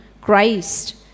Christ